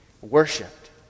worshipped